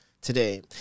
today